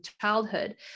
childhood